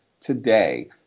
today